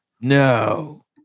no